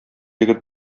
егет